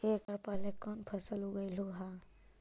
एकड़ पहले कौन फसल उगएलू हा?